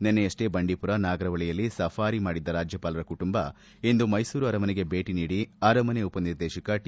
ನಿನ್ನೆಯಷ್ಟೇ ಬಂಡೀಮರ ನಾಗರಹೊಳೆಯಲ್ಲಿ ಸಫಾರಿ ಮಾಡಿದ್ದ ರಾಜ್ಯಪಾಲರ ಕುಟುಂಬ ಇಂದು ಮೈಸೂರು ಆರಮನೆಗೆ ಭೇಟಿ ನೀಡಿ ಆರಮನೆ ಉಪನಿರ್ದೇಶಕ ಟಿ